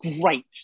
great